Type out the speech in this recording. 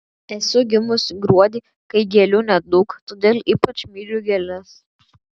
esu gimusi gruodį kai gėlių nedaug todėl ypač myliu gėles